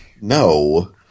No